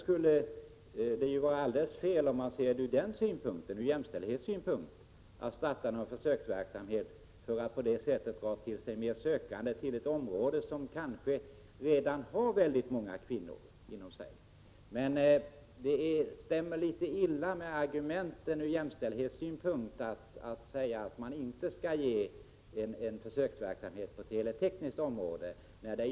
Om man ser det hela ur jämställdhetssynpunkt, skulle det således vara alldeles fel att starta en försöksverksamhet som innebär att fler sökande lockas till ett område där det kanske redan finns väldigt många kvinnor. Det rimmar litet illa med jämställdhetsargumenten, om man säger nej till en försöksverksamhet på det teletekniska området.